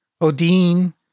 Odin